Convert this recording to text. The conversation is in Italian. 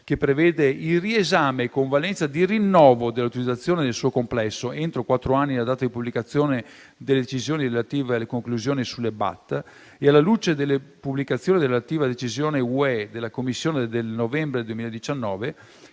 che prevede il riesame con valenza di rinnovo dell'autorizzazione nel suo complesso entro quattro anni dalla data di pubblicazione delle decisioni relative alle conclusioni sulle *best available technique* (BAT), e alla luce delle pubblicazioni relative alla decisione UE della Commissione del novembre 2019,